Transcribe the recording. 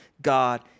God